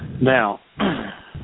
Now